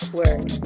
word